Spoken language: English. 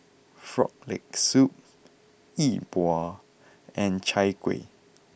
Frog Leg Soup Yi Bua and Chai Kuih